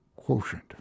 quotient